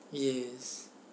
yes